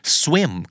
swim